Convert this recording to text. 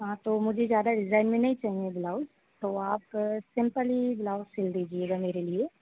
हाँ तो मुझे ज्यादा डिजाइन में नहीं चाहिए ब्लाउज तो आप सिंपल ही ब्लाउज सील दीजिएगा मेरे लिए